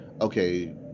Okay